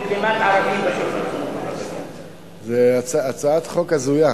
הצעת חוק, ערבים, זאת הצעת חוק הזויה.